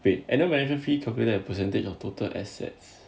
wait and then management fee calculated a percentage of total assets